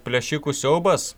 plėšikų siaubas